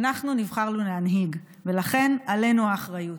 אנחנו נבחרנו להנהיג, ולכן עלינו האחריות.